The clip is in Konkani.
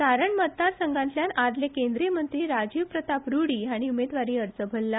सारण मतदारसंघांतल्यान आदले केंद्रीय मंत्री राजीव प्रताप रुडी हांणी उमेदवारी अर्ज भरला